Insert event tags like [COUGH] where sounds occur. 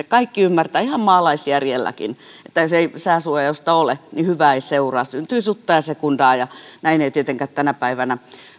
[UNINTELLIGIBLE] kaikki ymmärtävät ihan maalaisjärjelläkin että jos ei sääsuojausta ole niin hyvää ei seuraa syntyy sutta ja sekundaa ja näin ei tietenkään tänä päivänä